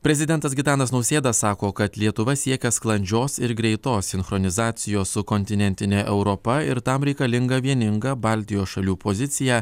prezidentas gitanas nausėda sako kad lietuva siekia sklandžios ir greitos sinchronizacijos su kontinentine europa ir tam reikalinga vieninga baltijos šalių pozicija